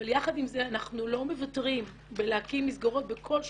אבל יחד עם זה אנחנו לא מוותרים בלהקים מסגרות בכל שכונה,